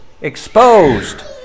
exposed